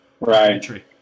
Right